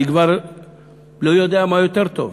אני כבר לא יודע מה יותר טוב.